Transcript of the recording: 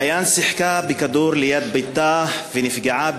באין שיחקה בכדור ליד ביתה ונפגעה בראשה,